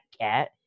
cat